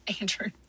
Andrew